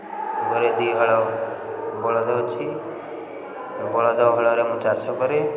ମୋର ଦୁଇହଳ ବଳଦ ଅଛି ବଳଦ ହଳରେ ମୁଁ ଚାଷ କରେ